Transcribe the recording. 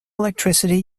electricity